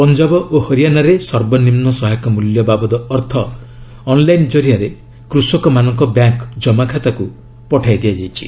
ପଞ୍ଜାବ ଓ ହରିୟାଣାରେ ସର୍ବନିମୁ ସହାୟକ ମୂଲ୍ୟ ବାବଦ ଅର୍ଥ ଅନ୍ଲାଇନ୍ କରିଆରେ କୃଷକମାନଙ୍କ ବ୍ୟାଙ୍କ୍ ଜମାଖାତାକୁ ପଠାଇ ଦିଆଯାଇଛି